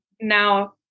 now